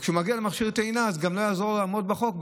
וכשהוא מגיע למכשיר טעינה אז גם לא יעזור לעמוד בחוק,